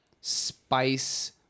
spice